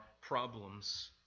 problems